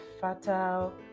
fatal